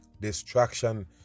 distraction